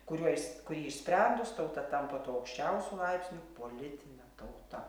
kuriuo jis kurį išsprendus tauta tampa tuo aukščiausiu laipsniu politine tauta